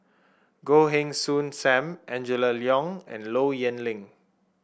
Goh Heng Soon Sam Angela Liong and Low Yen Ling